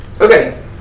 Okay